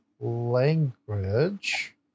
language